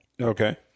okay